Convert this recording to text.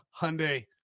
Hyundai